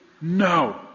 No